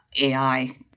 AI